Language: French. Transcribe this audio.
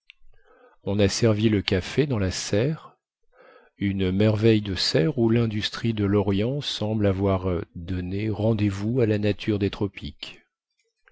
on a servi le café dans la serre une merveille de serre où lindustrie le lorient semble avoir donné rendez-vous à la nature des tropiques